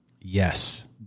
Yes